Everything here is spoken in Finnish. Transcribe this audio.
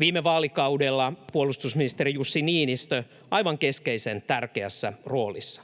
Viime vaalikaudella puolustusministeri Jussi Niinistö oli aivan keskeisen tärkeässä roolissa.